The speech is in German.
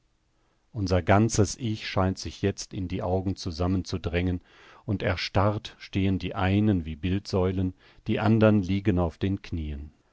unser ganzes ich scheint sich jetzt in die augen zusammen zu drängen und erstarrt stehen die einen wie bildsäulen die andern liegen auf den knien